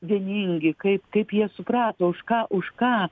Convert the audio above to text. vieningi kaip kaip jie suprato už ką už ką